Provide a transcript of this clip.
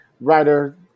Writer